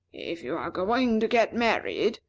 if you are going to get married,